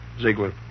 Ziegler